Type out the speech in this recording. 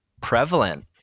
prevalent